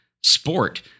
sport